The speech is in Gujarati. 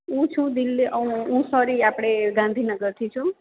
હું છું દિલ્લી હું સોરી આપણે ગાંધીનગરથી છું